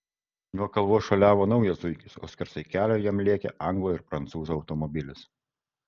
nuo kalvos šuoliavo naujas zuikis o skersai kelio jam lėkė anglo ir prancūzo automobilis